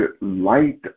light